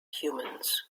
humans